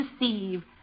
deceive